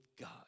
God